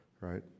right